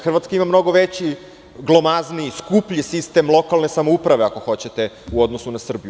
Hrvatska ima mnogo veći, glomazniji sistem lokalne samouprave ako hoćete u odnosu na Srbiju.